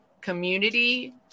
community